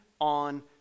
on